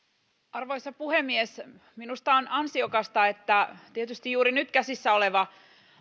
arvoisa puhemies minusta on ansiokasta että tietysti juuri nyt käsissä oleva